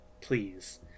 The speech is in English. please